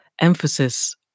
emphasis